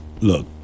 look